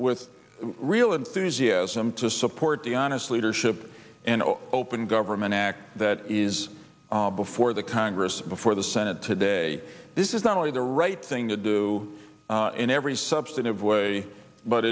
with real enthusiasm to support the honestly her ship and open government act that is before the congress before the senate today this is not only the right thing to do in every substantive way but